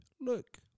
look